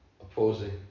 opposing